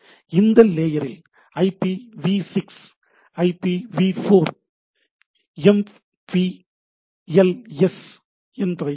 இந்த லேயரில் I P வி6 I P வி4 M P L S ipv6 ipv4 MPLS என்பவை உள்ளன